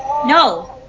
No